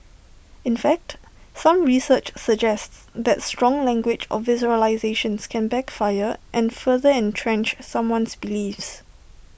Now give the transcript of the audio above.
in fact some research suggests that strong language or visualisations can backfire and further entrench someone's beliefs